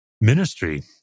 ministry